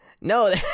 No